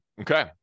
Okay